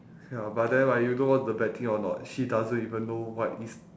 ya but then right you know what the bad thing or not she doesn't even know what is